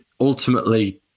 ultimately